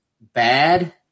bad